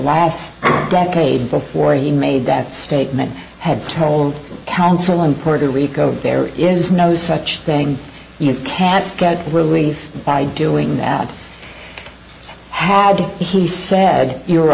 last decade before he made that statement had told counsel in puerto rico there is no such thing you can't get relief by doing that had he said you